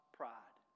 pride